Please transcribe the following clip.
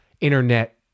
internet